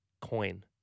coin